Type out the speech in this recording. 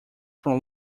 from